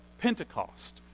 Pentecost